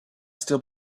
still